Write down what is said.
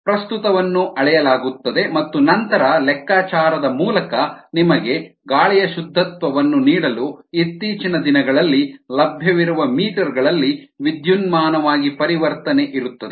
ಪ್ರಸ್ತುತವನ್ನು ಅಳೆಯಲಾಗುತ್ತದೆ ಮತ್ತು ನಂತರ ಲೆಕ್ಕಾಚಾರದ ಮೂಲಕ ನಿಮಗೆ ಗಾಳಿಯ ಶುದ್ಧತ್ವವನ್ನು ನೀಡಲು ಇತ್ತೀಚಿನ ದಿನಗಳಲ್ಲಿ ಲಭ್ಯವಿರುವ ಮೀಟರ್ ಗಳಲ್ಲಿ ವಿದ್ಯುನ್ಮಾನವಾಗಿ ಪರಿವರ್ತನೆ ಇರುತ್ತದೆ